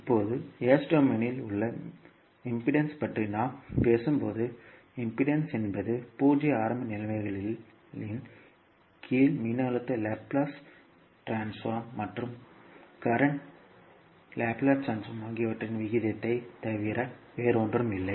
இப்போது S டொமைனில் உள்ள மின்மறுப்பைப் பற்றி நாம் பேசும்போது மின்மறுப்பு என்பது பூஜ்ஜிய ஆரம்ப நிலைமைகளின் கீழ் மின்னழுத்த லாப்லேஸ் ட்ரான்ஸ்போர்ம் மற்றும் மின்சார லாப்லேஸ் ட்ரான்ஸ்போர்ம் ஆகியவற்றின் விகிதத்தைத் தவிர வேறொன்றுமில்லை